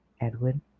Edwin